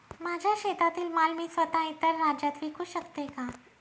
माझ्या शेतातील माल मी स्वत: इतर राज्यात विकू शकते का?